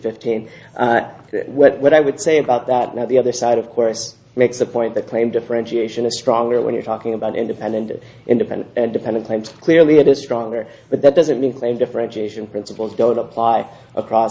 fifteen what i would say about that now the other side of course makes a point that claim differentiation a stronger when you're talking about independent independent dependent claims clearly it is stronger but that doesn't mean claim differentiation principles go to apply across